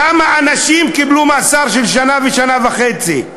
כמה אנשים קיבלו מאסר של שנה ושנה וחצי?